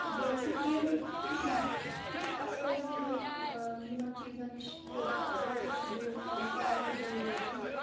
بیٚیہِ چھُ کہِ اَسہِ پَزِ یِہے یِمَن چیٖزَن نِش تھوڑا بَچَس تہِ دوٗر تھاوُن پانہ تہِ دوٗر روزُن